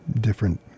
different